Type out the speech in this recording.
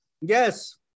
Yes